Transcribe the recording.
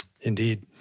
Indeed